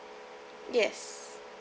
yes